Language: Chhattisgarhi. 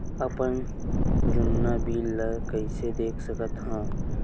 अपन जुन्ना बिल ला कइसे देख सकत हाव?